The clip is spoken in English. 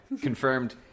Confirmed